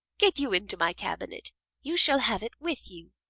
get you into my cabinet you shall have it with you.